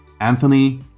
Anthony